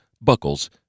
buckles